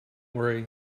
worry